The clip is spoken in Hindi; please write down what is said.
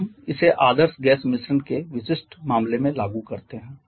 अब हम इसे आदर्श गैस मिश्रण के विशिष्ट मामले में लागु करते हैं